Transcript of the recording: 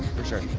for sure.